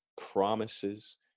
promises